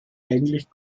eigentlich